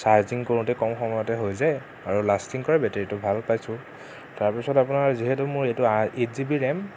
charging কৰোঁতে কম সময়তে হৈ যায় আৰু লাষ্টিং কৰে বেটেৰীটো ভাল পাইছোঁ তাৰপিছত আপোনাৰ যিহেতু মোৰ এইটো এইট জিবি ৰেম